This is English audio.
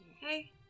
Hey